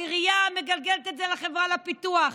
העירייה מגלגלת את זה לחברה לפיתוח.